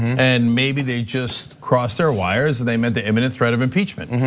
and maybe they just crossed their wires and they met the imminent threat of impeachment.